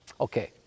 Okay